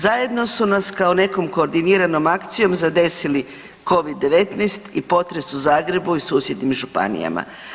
Zajedno su nas kao nekom koordiniranom akcijom zadesili Covid-19 i potres u Zagrebu i susjednim županijama.